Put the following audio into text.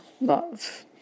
love